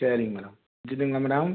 சரிங்க மேடம் வச்சுட்டுங்களா மேடம்